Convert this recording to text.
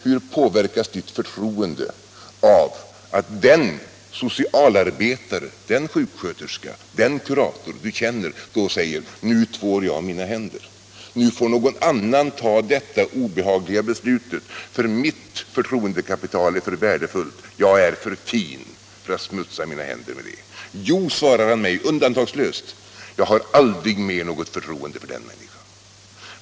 Hur påverkas ditt förtroende av att den socialarbetare, den sjuksköterska eller den kurator du känner då säger: Nu tvår jag mina händer. Nu får någon annan ta detta obehagliga beslut, för mitt förtroendekapital är för värdefullt. Jag är för fin för att smutsa mina händer med det. Svaret jag får blir undantagslöst: Jag kommer aldrig mer att ha något förtroende för en sådan människa.